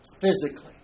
physically